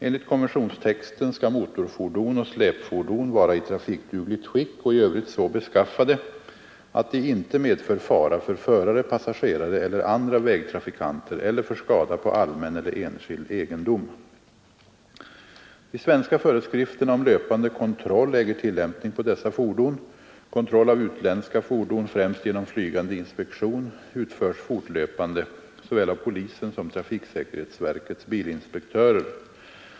Enligt konventionstexten skall motorfordon och släpfordon vara i trafikdugligt skick och i övrigt så beskaffade, att de inte medför fara för förare, passagerare eller andra vägtrafikanter eller för skada på allmän eller enskild egendom. De svenska föreskrifterna om löpande kontroll äger tillämpning på dessa fordon. Kontroll av utländska fordon, främst genom flygande inspektion, utförs fortlöpande såväl av polisen som av trafiksäkerhetsverkets bilinspektörer.